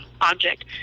object